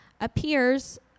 appears